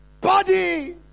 body